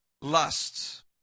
lusts